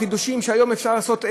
חידושים שהיום אפשר לעשות,